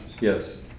Yes